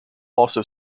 also